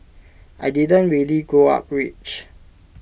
I didn't really grow up rich